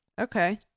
Okay